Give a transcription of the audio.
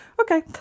okay